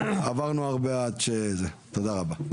תודה רבה.